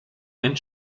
ein